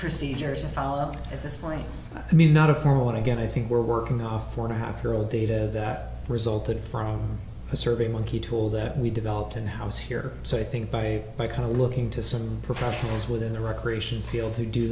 procedure to follow at this point i mean not a formal want to get i think we're working off for a half year old data that resulted from the survey monkey tool that we developed in house here so i think by my kind of looking to some professionals within the recreation field to do